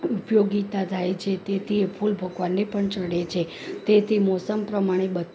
ઉપયોગિતા થાય છે તેથી એ ફૂલ ભગવાનને પણ ચડે છે તેથી મોસમ પ્રમાણે